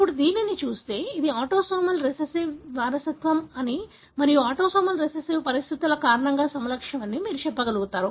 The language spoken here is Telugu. ఇప్పుడు దీనిని చూస్తే ఇది ఆటోసోమల్ రిసెసివ్ వారసత్వం అని మరియు ఆటోసోమల్ రిసెసివ్ పరిస్థితుల కారణంగా సమలక్షణం అని మీరు చెప్పగలుగుతారు